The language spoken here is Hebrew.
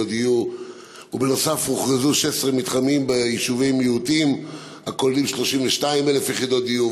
ובנוסף הוכרזו 16 מתחמים ביישובי מיעוטים הכוללים 32,000 יחידות דיור,